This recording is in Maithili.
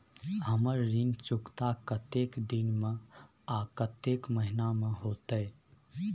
हमर ऋण चुकता कतेक दिन में आ कतेक महीना में होतै?